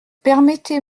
permettez